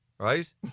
Right